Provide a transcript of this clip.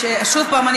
שוב פעם,